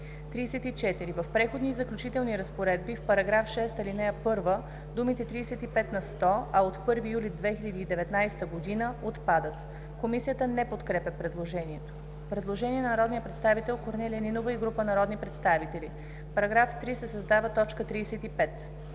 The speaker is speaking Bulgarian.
„34. В Преходни и заключителни разпоредби, в § 6, ал. 1 думите „35 на сто, а от 1 юли 2019 г.“ – отпадат.“ Комисията не подкрепя предложението. Има предложение на народния представител Корнелия Нинова и група народни представители. „В § 3 се създава т. 35: